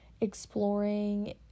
exploring